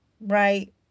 right